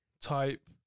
type